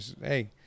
Hey